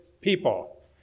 people